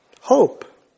Hope